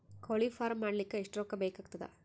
ಕೋಳಿ ಫಾರ್ಮ್ ಮಾಡಲಿಕ್ಕ ಎಷ್ಟು ರೊಕ್ಕಾ ಬೇಕಾಗತದ?